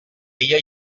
dia